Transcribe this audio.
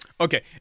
Okay